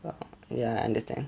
well ya understand